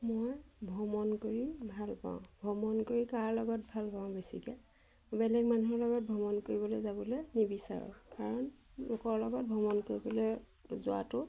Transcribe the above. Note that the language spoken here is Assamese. মই ভ্ৰমণ কৰি ভাল পাওঁ ভ্ৰমণ কৰি কাৰ লগত ভাল পাওঁ বেছিকে বেলেগ মানুহৰ লগত ভ্ৰমণ কৰিবলৈ যাবলে নিবিচাৰোঁ কাৰণ লোকৰ লগত ভ্ৰমণ কৰিবলে যোৱাটো